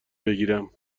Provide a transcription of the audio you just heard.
بگیرم